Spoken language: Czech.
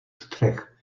střech